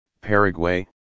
Paraguay